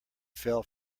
fell